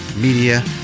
Media